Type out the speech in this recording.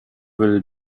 will